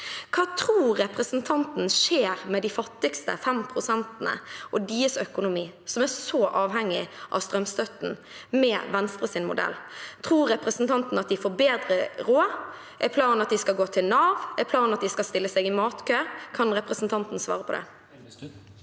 Hva tror representanten skjer med de fattigste fem prosentene og deres økonomi, som er så avhengig av strømstøtten, med Venstres modell? Tror representanten at de får bedre råd? Er planen at de skal gå til Nav? Er planen at de skal stille seg i matkø? Kan representanten svare på det?